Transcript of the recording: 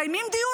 מקיימים דיון,